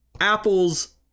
Apple's